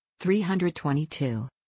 322